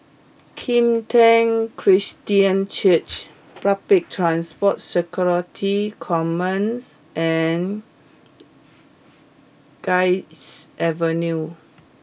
Kim Tian Christian Church Public Transport Security Command and Guards Avenue